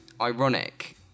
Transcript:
ironic